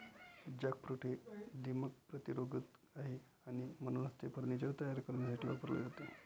jackfruit हे दीमक प्रतिरोधक आहे आणि म्हणूनच ते फर्निचर तयार करण्यासाठी वापरले जाते